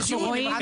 אנחנו רואים.